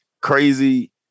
crazy